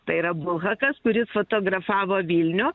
tai yra bulhakas kuris fotografavo vilnių